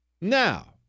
Now